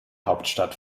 hauptstadt